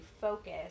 focus